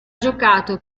giocato